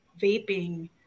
vaping